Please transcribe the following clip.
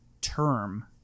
term